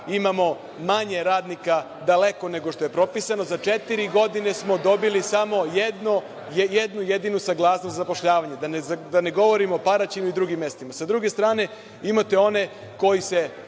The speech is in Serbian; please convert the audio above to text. Imamo manje radnika daleko nego što je propisano. Za četiri godine smo dobili samo jednu jedinu saglasnost za zapošljavanje. Da ne govorim o Paraćinu i drugim mestima. Sa druge strane, imate one koji se